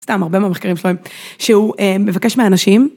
סתם, הרבה מהמחקרים שלו, שהוא מבקש מהאנשים.